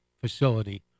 facility